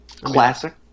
Classic